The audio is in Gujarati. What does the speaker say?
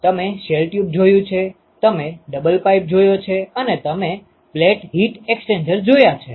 તમે શેલ ટ્યુબ જોયું છે તમે ડબલ પાઇપ જોયો છે અને તમે પ્લેટ હીટ એક્સ્ચેન્જર જોયા છે